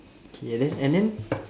K and then and then